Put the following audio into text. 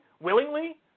willingly